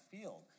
field